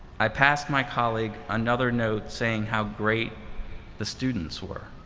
i passed my colleague another note saying how great the students were.